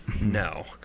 No